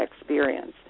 experience